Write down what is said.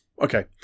okay